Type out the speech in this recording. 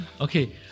Okay